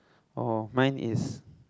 orh mine is